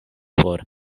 por